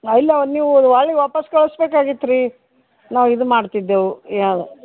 ಹಾಂ ಇಲ್ಲ ನೀವು ಹೊಳ್ಳಿ ವಾಪಸ್ ಕಳಿಸಬೇಕಾಗಿತ್ರೀ ನಾವು ಇದು ಮಾಡ್ತಿದ್ದೆವು